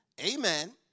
Amen